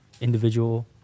individual